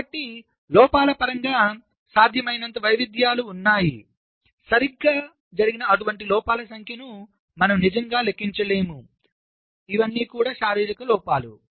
కాబట్టి లోపాల పరంగా సాధ్యమయ్యే అనంతమైన వైవిధ్యాలు ఉన్నాయి సరిగ్గా జరిగిన అటువంటి లోపాల సంఖ్యను మనం నిజంగా లెక్కించలేము లేదా లెక్కించలేము ఇవి శారీరక లోపాలు